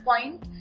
point